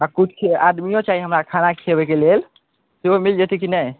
आओर किछु आदमिओ चाही हमरा खाना खिएबैके लेल सेहो मिलि जएतै कि नहि